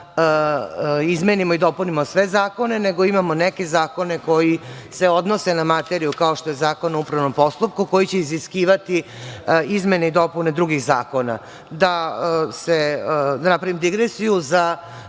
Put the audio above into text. da izmenimo i dopunimo sve zakone, nego imamo neke zakone koji se odnose na materiju, kao što je Zakon o upravnom postupku, koji će iziskivati izmene i dopune drugih zakona. Da napravim digresiju, za